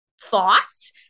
Thoughts